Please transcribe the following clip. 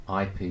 IP